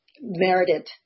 merited